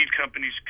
companies